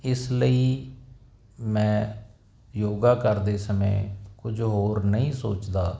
ਇਸ ਲਈ ਮੈਂ ਯੋਗਾ ਕਰਦੇ ਸਮੇਂ ਕੁਝ ਹੋਰ ਨਹੀਂ ਸੋਚਦਾ